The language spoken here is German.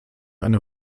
eine